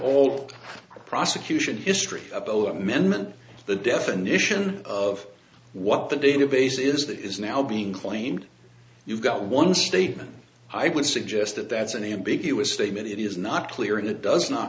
overall prosecution history a poem amendment the definition of what the database is that is now being claimed you got one statement i would suggest that that's an ambiguous statement it is not clear and it does not